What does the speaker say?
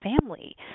family